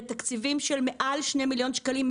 בתקציבים של מעל 2 מיליון שקלים,